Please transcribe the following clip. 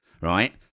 right